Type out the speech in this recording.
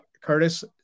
Curtis